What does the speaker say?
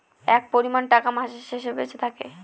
একটা পরিমান টাকা মাসের শেষে বেঁচে থাকে